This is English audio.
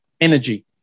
energy